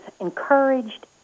encouraged